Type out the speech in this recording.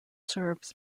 serves